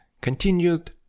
continued